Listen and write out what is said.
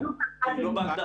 לא, לא.